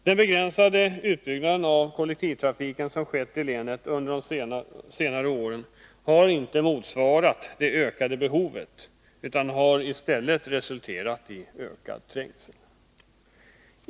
Den begränsade utbyggnad av kollektivtrafiken som skett i länet under senare år har inte motsvarat de höjda behoven utan har i stället resulterat i ökad trängsel.